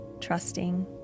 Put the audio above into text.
trusting